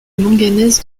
manganèse